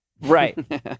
Right